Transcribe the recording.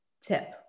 tip